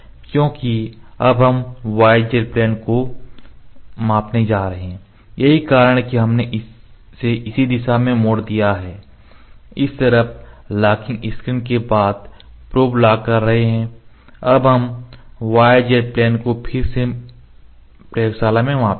क्योंकि अब हम yz प्लेन को मापने जा रहे हैं यही कारण है कि हमने इसे इस दिशा में मोड़ दिया है इस तरफ लॉकिंग स्क्रीन के द्वारा प्रोब लॉक कर रहे हैं अब हम इस yz प्लेन को फिर से प्रयोगशाला में मापेंगे